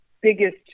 biggest